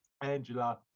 Angela